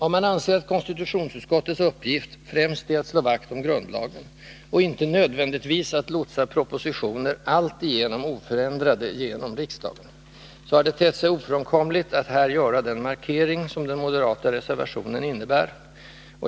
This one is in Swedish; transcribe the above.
Om man anser att konstitutionsutskottets uppgift främst är att slå vakt om grundlagen och icke nödvändigtvis att lotsa propositioner alltigenom oförändrade genom riksdagen, så har det tett sig ofrånkomligt att här göra den markering som den moderata reservationen innebär.